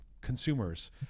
consumers